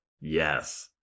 yes